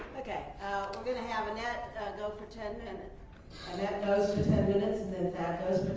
okay, we're gonna have annette go for ten and annette goes for ten minutes and then thad goes